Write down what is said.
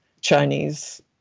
Chinese